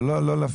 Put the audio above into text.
אבל לא להפריע.